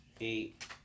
eight